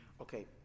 Okay